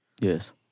Yes